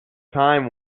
time